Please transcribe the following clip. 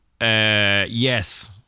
Yes